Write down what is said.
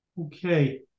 Okay